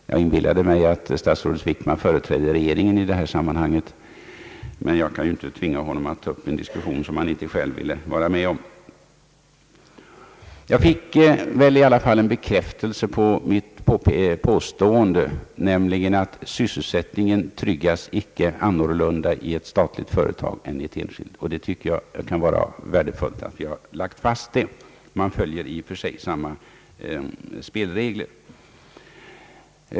Jag inbillade mig att statsrådet Wickman företrädde regeringen i detta sammanhang, men jag kan ju inte tvinga honom att ta upp en diskussion som han inte själv ville vara med om. I alla fall fick jag en bekräftelse av mitt påstående att sysselsättningen inte tryggas annorlunda i ett statligt företag än i ett enskilt. Jag tycker att det kan vara värdefullt att ha fått fastslaget att man i och för sig följer samma spelregler.